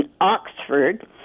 Oxford